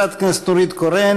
חברת הכנסת נורית קורן,